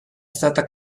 stata